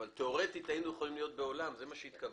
אבל תיאורטית היינו יכולים להיות בעולם שבו